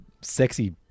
sexy